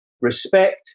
respect